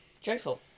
Joyful